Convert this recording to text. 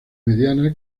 mediana